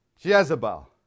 Jezebel